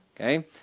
Okay